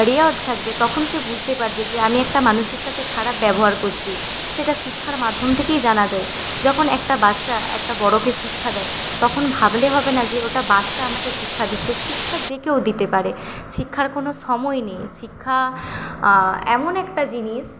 রেওয়াজ থাকবে সে তখন বুঝতে পারবে যে আমি একটা মানুষের সাথে খারাপ ব্যবহার করছি সেটা শিক্ষার মাধ্যম থেকেই জানা যায় যখন একটা বাচ্চা একটা বড়োকে শিক্ষা দেয় তখন ভাবলে হবে না যে ওটা বাচ্চা আমাকে শিক্ষা দিচ্ছে শিক্ষা যে কেউ দিতে পারে শিক্ষার কোনো সময় নেই শিক্ষা এমন একটা জিনিস